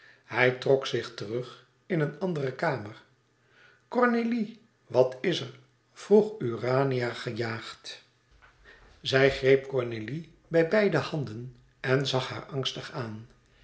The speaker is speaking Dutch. hij trok zich terug in een andere kamer cornélie wat is er vroeg urania gejaagd zij greep cornélie bij beide handen en zag haar angstig aan